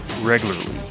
regularly